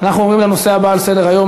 אנחנו עוברים לנושא הבא על סדר-היום: